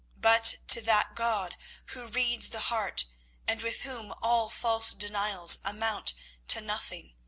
but to that god who reads the heart and with whom all false denials amount to nothing.